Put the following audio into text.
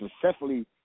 successfully